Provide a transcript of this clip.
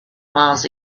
miles